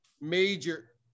major